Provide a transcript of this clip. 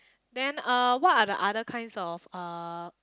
then uh what are the other kinds of uh